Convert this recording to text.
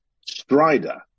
Strider